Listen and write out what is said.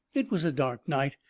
it was a dark night,